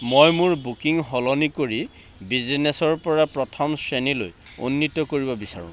মই মোৰ বুকিং সলনি কৰি বিজিনেছৰপৰা প্ৰথম শ্ৰেণীলৈ উন্নীত কৰিব বিচাৰোঁ